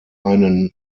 einen